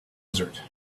desert